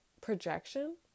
projection